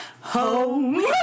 home